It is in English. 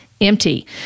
Empty